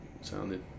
sounded